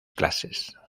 clases